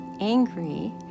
angry